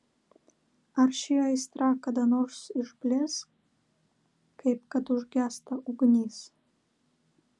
ar ši aistra kada nors išblės kaip kad užgęsta ugnis